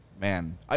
Man